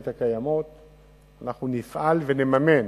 הקיימות אנחנו נפעל ונממן,